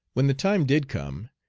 when the time did come,